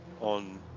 on